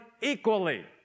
equally